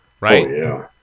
Right